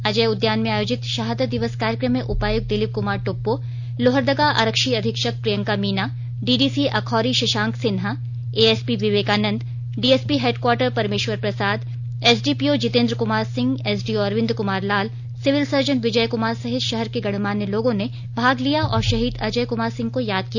अजय उद्यान में आयोजित शहादत दिवस कार्यक्रम में उपायुक्त दिलीप कुमार टोप्पो लोहरदगा आरक्षी अधीक्षक Priyanka Meena DDC Akhauri Shashank Sinha ASP Vivekanand DSP headquarter Parmeshwar Prasad SDPO Jitendra Kumar Singh SDO Arvind Kumar Lal civil surgeon Vijay Kumar सहित शहर के गणमान्य लोगों ने भाग लिया और शहीद अजय क्मार सिंह को याद किया